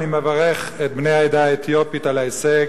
אני מברך את בני העדה האתיופית על ההישג,